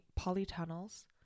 polytunnels